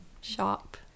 shop